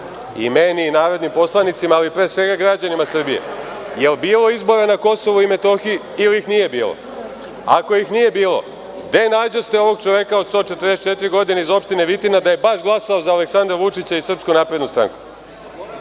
i meni, i narodnim poslanicima, ali pre svega građanima Srbije, da li je bilo izbora na Kosovu i Metohiji ili ih nije bilo? Ako ih nije bilo, gde nađoste ovog čoveka od 144 godine iz opštine Vitina da je baš glasao za Aleksandra Vučića i Srpsku naprednu stranku?